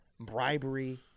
bribery